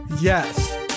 Yes